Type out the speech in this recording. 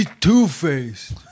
two-faced